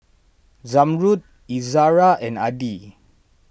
Zamrud Izara and Adi